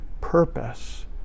purpose